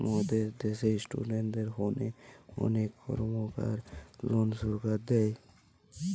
মোদের দ্যাশে ইস্টুডেন্টদের হোনে অনেক কর্মকার লোন সরকার দেয়